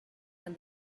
when